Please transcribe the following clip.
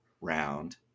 round